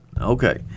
Okay